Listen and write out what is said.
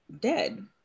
dead